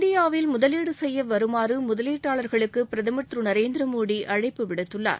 இந்தியாவில் முதலீடு செய்ய வருமாறு முதலீட்டாளர்களுக்கு பிரதமர் திரு நரேந்திரமோடி அழைப்பு விடுத்துள்ளார்